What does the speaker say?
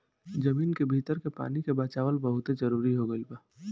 जमीन के भीतर के पानी के बचावल बहुते जरुरी हो गईल बा